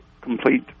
complete